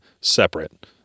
separate